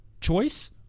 choice